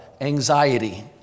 anxiety